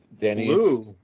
danny